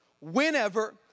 whenever